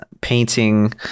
painting